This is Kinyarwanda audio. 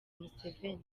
museveni